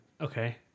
Okay